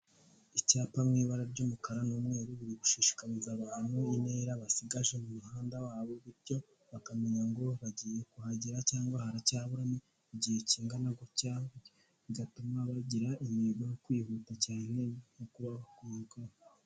icyapa mw'ibara ry'umukara n'umweru bishishikariza abantu intera basigaje mu muhanda wabo bityo bakamenya ngo bagiye kuhagera cyangwa haracyaburamo igihe kingana gutya bigatuma bagira intego yo kwihuta cyane no kubahorwa